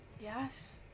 Yes